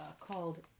called